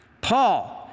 Paul